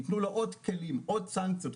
יתנו לו עוד כלים ועוד סנקציות,